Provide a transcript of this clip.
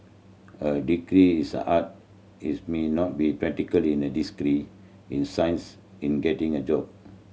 a degree is a art is may not be practically as a degree in science in getting a job